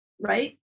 right